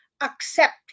accept